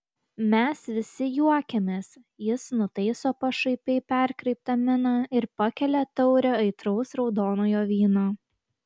mes visi juokiamės jis nutaiso pašaipiai perkreiptą miną ir pakelia taurę aitraus raudonojo vyno